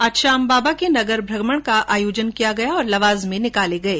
आज श्याम बाबा के नगर भ्रमण का आयोजन किया गया और लवाजमे निकाले गये